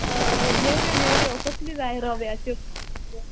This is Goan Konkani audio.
नेवऱ्यो नेवऱ्यो कसली जाय रव्याचे